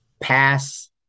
pass